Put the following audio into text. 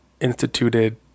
instituted